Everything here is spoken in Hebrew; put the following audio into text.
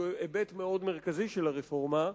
שהוא היבט מאוד מרכזי של הרפורמה,